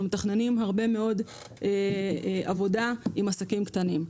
מתכננים הרבה מאוד עבודה עם עסקים קטנים.